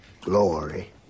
glory